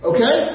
Okay